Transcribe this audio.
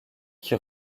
qui